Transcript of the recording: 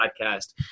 podcast